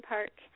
Park